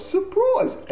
Surprise